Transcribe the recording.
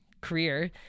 career